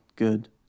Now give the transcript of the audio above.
good